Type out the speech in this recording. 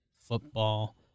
football